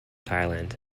thailand